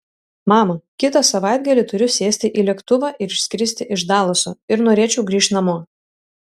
mama kitą savaitgalį turiu sėsti į lėktuvą ir išskristi iš dalaso ir norėčiau grįžt namo